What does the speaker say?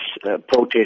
protest